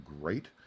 great